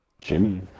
Jimmy